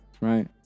Right